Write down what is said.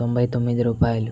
తొంభై తొమ్మిది రూపాయలు